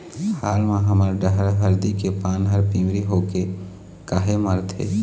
हाल मा हमर डहर हरदी के पान हर पिवरी होके काहे मरथे?